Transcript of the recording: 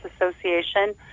Association